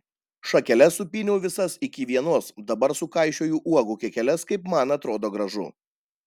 šakeles supyniau visas iki vienos dabar sukaišioju uogų kekeles kaip man atrodo gražu